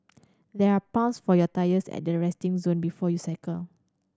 there are pumps for your tyres at the resting zone before you cycle